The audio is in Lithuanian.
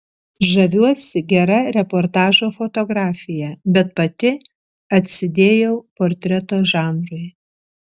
žaviuosi gera reportažo fotografija bet pati atsidėjau portreto žanrui